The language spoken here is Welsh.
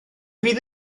fydd